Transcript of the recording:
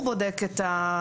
הוא בודק את הבטיחות,